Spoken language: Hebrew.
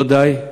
לא די,